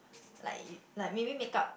like like maybe make-up